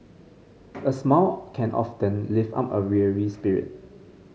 a smile can often lift up a weary spirit